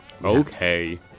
Okay